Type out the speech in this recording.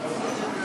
הכנסת